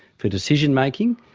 for decision-making,